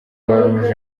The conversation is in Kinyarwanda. croix